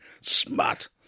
Smart